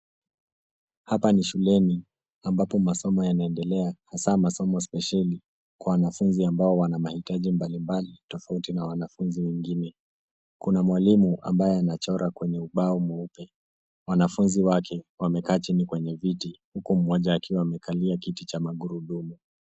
Hapa ni shuleni ambapo masomo yanaendelea hasa masomo spesheli kwa wanafunzi ambao wana maitaji tofauti na wanafunzi wengine. Kuna mwalimu ambaye anachora kwenye ubao mweupe. Wanafunzi wake wamekaa chini kwenye viti huku mmoja akiwa amejalia kiti cha magurudumu.